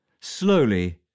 Slowly